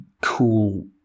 cool